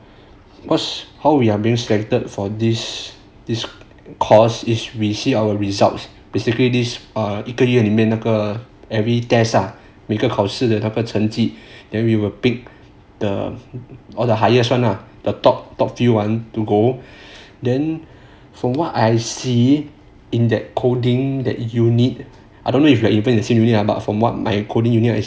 cause how we are being selected for this this course is we see our results basically this err 一个月里面那个 every test ah 每个考试的那个成绩 then we will pick the or the highest one lah the top top few [one] to go then from what I see in that coding that unit I don't know if we are even in same unit lah but from what my coding unit is